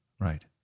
right